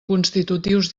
constitutius